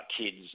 kids